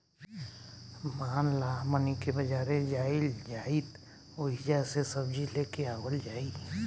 मान ल हमनी के बजारे जाइल जाइत ओहिजा से सब्जी लेके आवल जाई